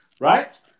right